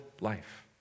life